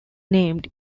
named